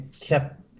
kept